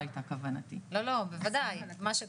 אז היועמ"ש,